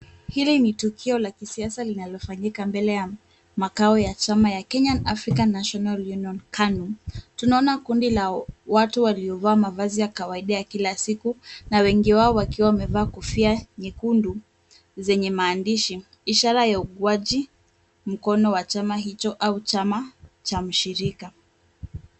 Hili ni tukio la siasa linalofanyika mbele ya makao ya chama ya Kenyan African National Union KANU . Tunaona kundi la watu waliovaa mavazi ya kawaida ya kila siku na wengi wao wakiwa wamevaa kofia nyekundu zenye maandishi ishara ya uungwaji mkono wa chama hicho au chama cha mshirika.